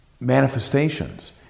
manifestations